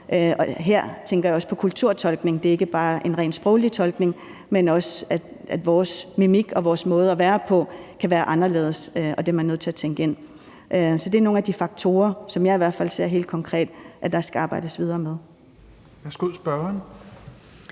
her tænker jeg også på kulturtolkning. Det er ikke bare en rent sproglig tolkning, men også at vores mimik og vores måde at være på kan være anderledes. Og det er man nødt til at tænke ind, så det er nogle af de faktorer, som jeg i hvert fald ser helt konkret at der skal arbejdes videre med.